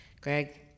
Greg